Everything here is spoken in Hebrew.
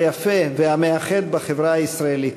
היפה והמאחד בחברה הישראלית,